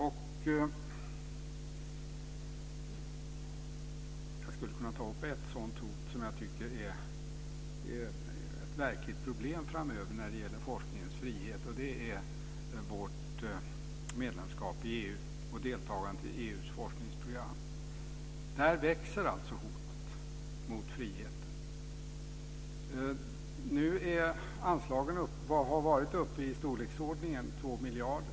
Jag skulle kunna ta upp ett sådant hot som jag tycker är ett märkligt problem framöver när det gäller forskningens frihet. Det är vårt medlemskap i EU och deltagandet i EU:s forskningsprogram. Där växer hotet mot friheten. Nu har anslagen varit uppe i storleksordningen 2 miljarder.